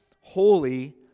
holy